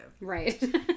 right